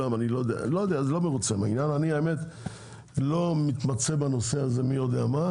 אני לא מתמצא בנושא הזה מי יודע מה,